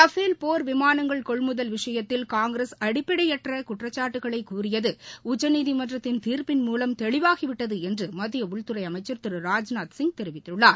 Rafale போர் விமானங்கள் கொள்முதல் விஷயத்தில் காங்கிரஸ் அடிப்படையற்ற குற்றச்சாட்டுகளை கூறியது உச்சநீதிமன்றத் தீர்ப்பின் மூலம் தெளிவாகிவிட்டது என்று மத்திய உள்துறை அமைச்சர் திரு ராஜ்நாத்சிங் தெரிவித்துள்ளார்